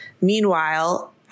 meanwhile